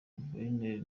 guverineri